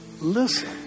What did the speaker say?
Listen